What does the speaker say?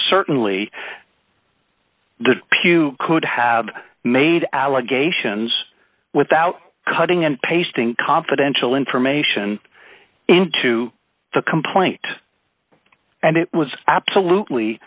certainly the pew could have made allegations without cutting and pasting confidential information into the complaint and it was absolutely